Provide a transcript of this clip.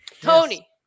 tony